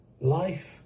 life